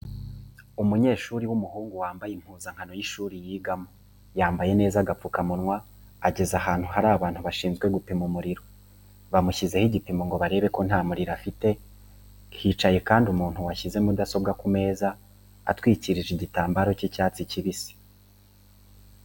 Umunyeshuri w'umuhungu wambaye impuzankano y'ishuri yigamo, yambaye neza agapfukamunwa ageze ahantu hari abantu bashinzwe gupima umuriro, bamushyizeho igipimo ngo barebe ko nta muriro afite, hicaye kandi umuntu washyize mudasobwa ku meza atwikirije igitambaro cy'icyatsi kibisi.